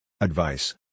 Advice